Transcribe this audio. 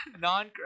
non